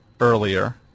earlier